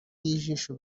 y’ijisho